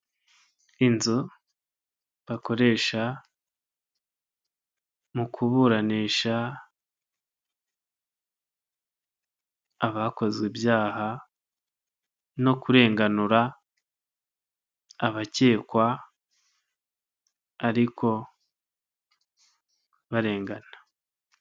Inzu bakoresha mu kuburanisha abakoze ibyaha no kurenganura abakekwa ariko barengana.